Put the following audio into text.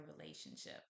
relationship